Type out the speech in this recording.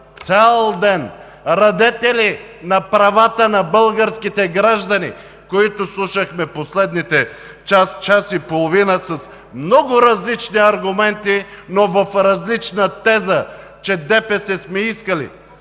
цял ден – радетели за правата на българските граждани, които слушахме в последния час – час и половина с много различни аргументи, но в различна теза, че ДПС сме искали